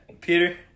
Peter